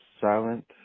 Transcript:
silent